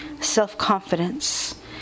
self-confidence